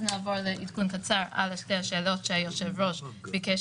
נעבור לעדכון קצר על שתי השאלות שהיושב-ראש ביקש